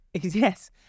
Yes